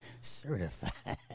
certified